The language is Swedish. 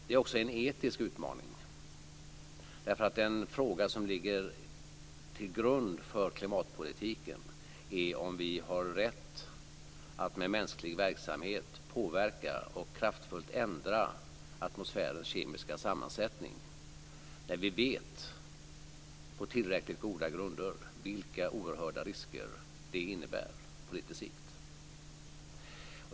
Det är också en etisk utmaning, därför att den fråga som ligger till grund för klimatpolitiken är om vi har rätt att med mänsklig verksamhet påverka och kraftfullt ändra atmosfärens kemiska sammansättning när vi vet på tillräckligt goda grunder vilka oerhörda risker det innebär på lite sikt.